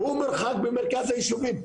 הוא מרחב במרכז היישובים,